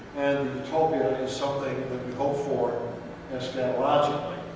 and utopia is something that we hope for eschatologically.